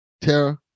Tara